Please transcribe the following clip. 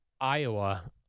Iowa